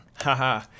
Haha